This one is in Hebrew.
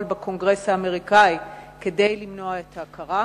בקונגרס האמריקני כדי למנוע את ההכרה.